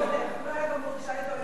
הוא לא היה גמור,